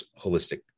holistic